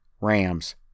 Rams